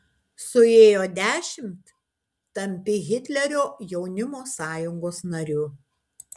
suėjo dešimt tampi hitlerio jaunimo sąjungos nariu